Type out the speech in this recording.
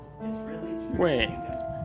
Wait